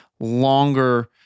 longer